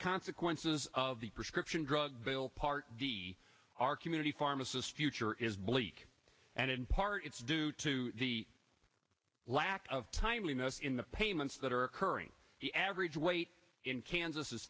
consequences of the prescription drug bill part of our community pharmacist future is bleak and in part it's due to the lack of timeliness in the payments that are occurring the average weight in kansas is